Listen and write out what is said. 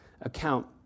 account